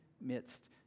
midst